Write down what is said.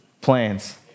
plans